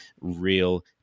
real